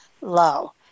low